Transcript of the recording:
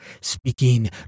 speaking